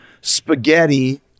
spaghetti